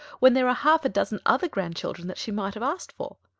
when there are half a dozen other grandchildren that she might have asked for.